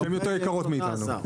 שהן יותר יקרות מאתנו?